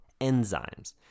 enzymes